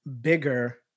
bigger